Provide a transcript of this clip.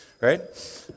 Right